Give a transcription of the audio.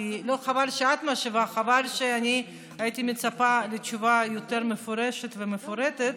אבל הייתי מצפה לתשובה יותר מפורשת ומפורטת,